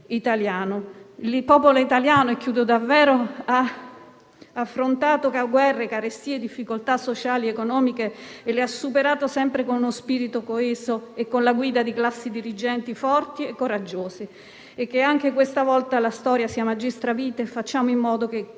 italiano. Il popolo italiano ha affrontato guerre, carestie e difficoltà sociali ed economiche, che ha superato sempre con uno spirito coeso e con la guida di classi dirigenti forti e coraggiose. Che anche questa volta la storia sia *magistra vitae*. Facciamo in modo, con